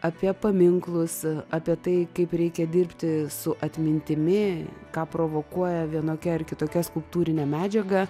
apie paminklus apie tai kaip reikia dirbti su atmintimi ką provokuoja vienokia ar kitokia skulptūrinė medžiaga